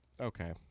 Okay